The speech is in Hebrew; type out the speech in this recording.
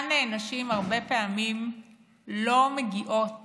אותן נשים הרבה פעמים לא מגיעות